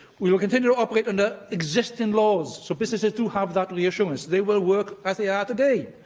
we will continue to operate under existing laws. so, businesses do have that reassurance. they will work as they are today.